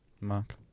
Mark